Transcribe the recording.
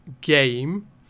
game